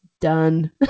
done